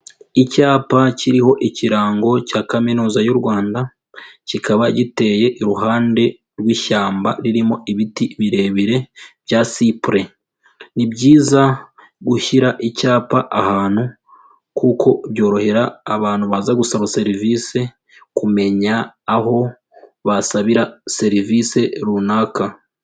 Icyapa kiriho ikirango cya kaminuza y'u Rwanda, kikaba giteye iruhande rw'ishyamba ririmo ibiti birebire bya sipure. Ni byiza gushyira icyapa ahantu kuko byorohera abantu baza gusaba serivisi kumenya aho basabira serivisi runaka.